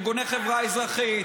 ארגוני חברה אזרחית,